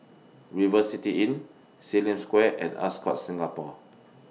River City Inn SIM Lim Square and Ascott Singapore